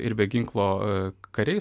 ir be ginklo kariai